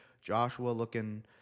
Joshua-looking